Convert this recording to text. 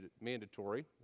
mandatory